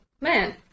man